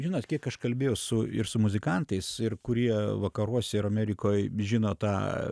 žinot kiek aš kalbėjau su ir su muzikantais ir kurie vakaruose ir amerikoj žino tą